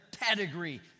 pedigree